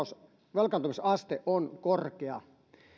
velkaantumisaste on korkea